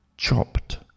Chopped